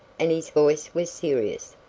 and his voice was serious,